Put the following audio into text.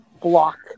block